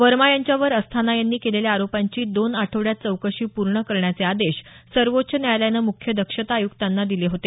वर्मा यांच्यावर अस्थाना यांनी केलेल्या आरोपांची दोन आठवड्यात चौकशी पूर्ण करण्याचे आदेश सर्वोच्च न्यायालयानं मुख्य दक्षता आयुक्तांना दिले होते